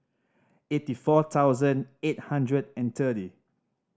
eighty four thousand eight hundred and thirty